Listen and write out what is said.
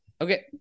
Okay